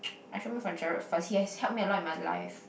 I should make for Gerald first he has helped me a lot in my life